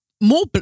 more